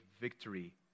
victory